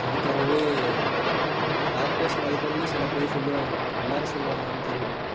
அதுக்காகவே டாக்டர்ஸ் முதக்கொண்டு சில பேர் சொல்லுவாங்க எல்லாரும் சொல்லுவாங்களான்னு தெரியல